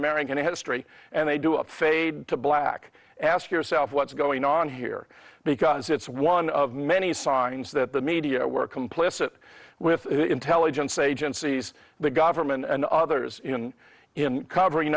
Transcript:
american history and they do a fade to black ask yourself what's going on here because it's one of many signs that the media were complicit with intelligence agencies the government and others in covering